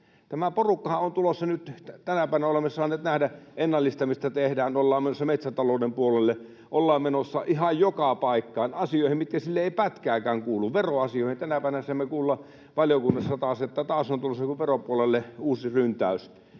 Tämä porukkahan on nyt, niin kuin tänä päivänä olemme saaneet nähdä, ennallistamista tekemässä, menossa metsätalouden puolelle, menossa ihan joka paikkaan, asioihin, mitkä sille eivät pätkääkään kuulu, veroasioihin — tänä päivänä saimme taasen kuulla valiokunnassa, että taas on tulossa veropuolelle uusi ryntäys.